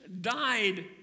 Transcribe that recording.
died